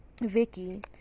Vicky